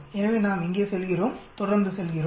எனவே நாம் இங்கே செல்கிறோம் தொடர்ந்து சொல்கிறோம்